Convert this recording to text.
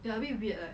ya a bit weird leh